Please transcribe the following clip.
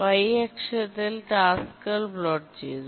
Y അക്ഷത്തിൽ ടാസ്ക്കുകൾ plot ചെയ്യുന്നു